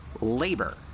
labor